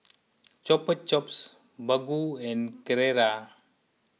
Chupa Chups Baggu and Carrera